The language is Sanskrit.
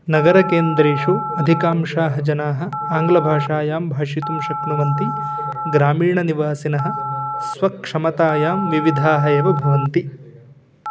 नगरकेन्द्रेषु अधिकांशाः जनाः आङ्ग्लभाषायां भाषितुं शक्नुवन्ति ग्रामीणनिवासिनः स्वक्षमतायां विविधाः एव भवन्ति